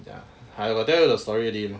ya I will tell you the story again